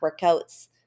workouts